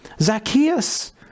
Zacchaeus